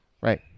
Right